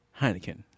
Heineken